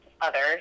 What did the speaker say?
others